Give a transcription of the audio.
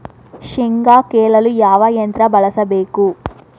ಶೇಂಗಾ ಕೇಳಲು ಯಾವ ಯಂತ್ರ ಬಳಸಬೇಕು?